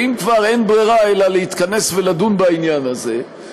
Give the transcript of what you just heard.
ואם כבר אין ברירה אלא להתכנס ולדון בעניין הזה,